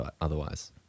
otherwise